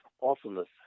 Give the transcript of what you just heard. awfulness